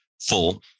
full